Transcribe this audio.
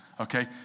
okay